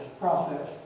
process